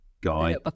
guy